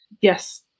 Yes